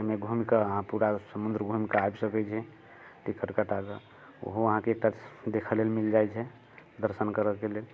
ओहिमे घूमिके अहाँ पूरा समुंद्र घूमिके आबि सकैत छी टिकट कटाके ओहो अहाँकेँ एतऽ देखऽ लेल मिल जाइत छै दर्शन करेके लेल